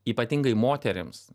ypatingai moterims